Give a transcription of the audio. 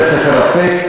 בית-הספר "אפק",